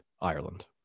Ireland